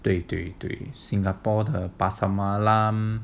对对对 singapore the pasar malam